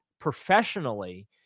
professionally